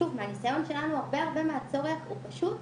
שוב, מהניסיון שלנו, הרבה הרבה מהצורך הוא פשוט